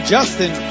Justin